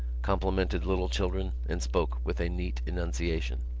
complimented little children and spoke with a neat enunciation.